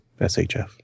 SHF